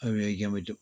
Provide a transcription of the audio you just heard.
അത് ഉപയോഗിക്കാൻ പറ്റും